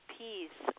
peace